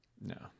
No